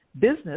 business